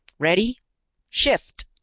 ready shift!